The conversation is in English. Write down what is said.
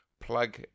plug